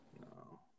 No